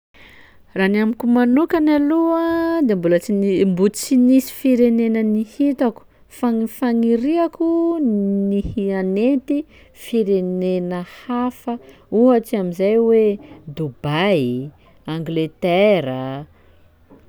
Raha ny amiko manokany aloha de mbola tsy ni- mbo tsy nisy firenena nihitako, fa gny fagniriako ny hianenty firenena hafa ohatsy am'izay hoe Dubaï, Angletera.